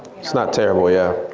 it's not terrible, yeah.